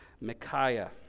Micaiah